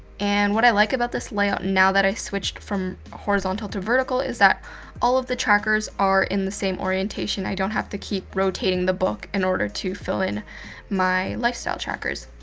and what i like about this layout now that i switched from horizontal to vertical is that all of the trackers are in the same orientation. i don't have to keep rotating the book in order to fill in my lifestyle trackers.